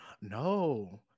no